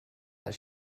that